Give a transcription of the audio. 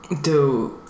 dude